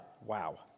Wow